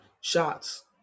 shots